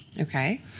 Okay